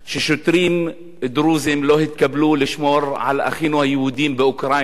על כך ששוטרים דרוזים לא התקבלו לשמירה על אחינו היהודים באוקראינה.